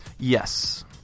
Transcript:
Yes